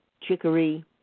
chicory